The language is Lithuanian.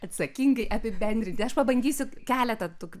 atsakingai apibendrinti aš pabandysiu keletą tokių